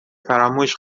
فراموش